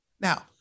Now